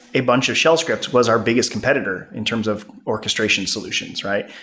a bunch of shell scripts was our biggest competitor in terms of orchestration solutions, right?